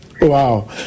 Wow